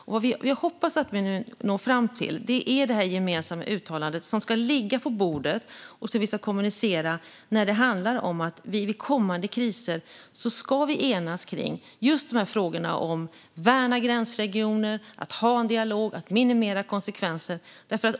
Det jag hoppas att vi nu når fram till är ett gemensamt uttalande som ska ligga på bordet och som vi ska kommunicera. Det handlar om att vi vid kommande kriser ska enas i frågorna om att värna gränsregioner, föra dialog och minimera konsekvenser.